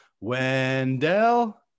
Wendell